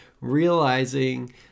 realizing